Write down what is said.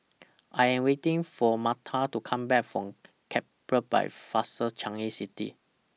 I Am waiting For Marta to Come Back from Capri By Fraser Changi City